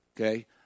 Okay